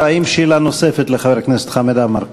האם יש שאלה נוספת לחבר הכנסת חמד עמאר?